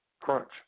Crunch